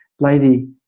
lady